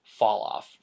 falloff